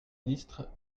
ministre